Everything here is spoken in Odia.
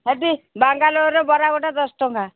ସେଠି ବାଙ୍ଗାଲୋରରେ ବରା ଗୋଟା ଦଶ ଟଙ୍କା